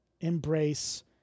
embrace